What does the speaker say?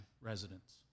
residents